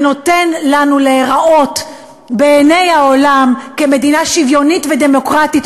ונותן לנו אפשרות להיראות בעיני העולם כמדינה שוויונית ודמוקרטית,